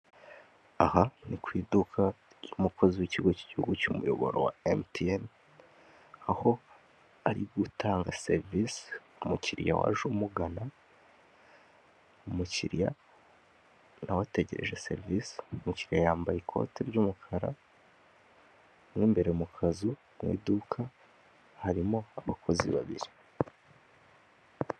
Aha ni ku iduka ry'umukozi w'ikigo cy'igihugu cy'umuyoboro wa MTN aho ari gutanga serivise ku mukiriya waje umugana. Umukiriya na we ategereje serivise, umukiriya yambaye ikote ry'umukara, mu imbere mu kazu mu iduka harimo abakozi babiri.